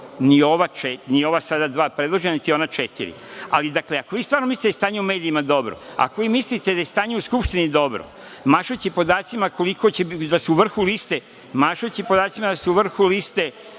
ni ova sada dva predložena, niti ona četiri. Ali, dakle, ako vi stvarno mislite da je stanje u medijima dobro, ako vi mislite da je stanje u Skupštini dobro, mašući podacima da su u vrhu liste govornika ovde u Skupštini